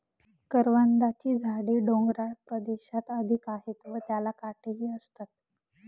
करवंदाची झाडे डोंगराळ प्रदेशात अधिक आहेत व त्याला काटेही असतात